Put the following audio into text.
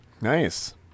Nice